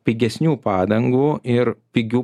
pigesnių padangų ir pigių